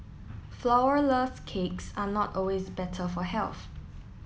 flourless cakes are not always better for health